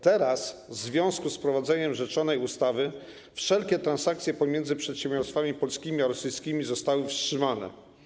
Teraz, w związku z wprowadzeniem rzeczonej ustawy wszelkie transakcje pomiędzy przedsiębiorstwami polskimi a rosyjskimi zostały wstrzymane.